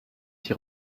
s’y